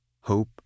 hope